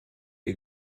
ihr